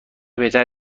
بهتر